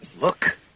Look